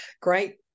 great